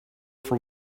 for